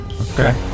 okay